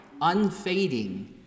unfading